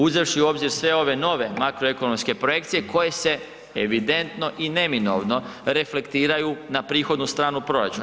Uzevši u obzir sve ove nove makroekonomske projekcije koje se evidentno i neminovno reflektiraju na prihodnu stranu proračuna.